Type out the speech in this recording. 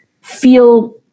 feel